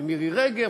של מירי רגב,